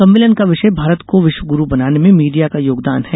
सम्मेलन का विषय भारत को विश्वगुरू बनाने में मीडिया का योगदान है